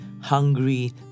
hungry